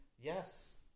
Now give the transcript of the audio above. yes